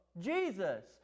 Jesus